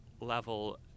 level